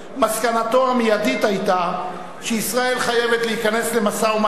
מסקנתו המיידית היתה שישראל חייבת להיכנס למשא-ומתן עם